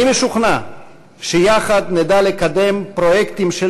אני משוכנע שיחד נדע לקדם פרויקטים של